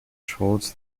holds